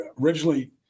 originally